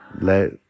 let